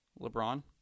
LeBron